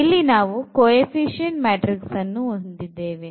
ಇಲ್ಲಿ ನಾವು coefficient matrix ಅನ್ನು ಹೊಂದಿದ್ದೇವೆ